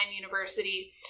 University